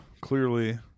clearly